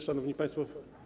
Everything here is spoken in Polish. Szanowni Państwo!